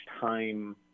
time